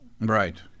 Right